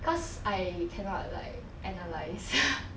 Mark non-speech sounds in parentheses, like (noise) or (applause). cause I cannot like analyse (breath)